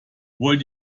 wollt